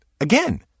again